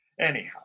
Anyhow